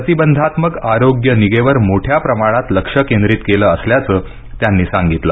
प्रतिबंधात्मक आरोग्यनिगेवर मोठ्या प्रमाणात लक्ष केंद्रित केलं असल्याचं त्यांनी सांगितलं